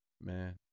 man